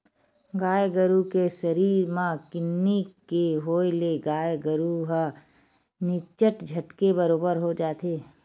गाय गरु के सरीर म किन्नी के होय ले गाय गरु ह निच्चट झटके बरोबर हो जाथे